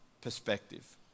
perspective